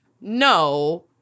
no